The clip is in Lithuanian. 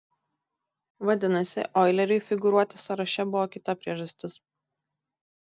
vadinasi oileriui figūruoti sąraše buvo kita priežastis